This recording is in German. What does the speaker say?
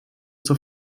zur